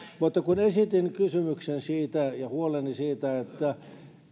mutta kun esitin kysymyksen ja huoleni siitä että